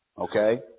Okay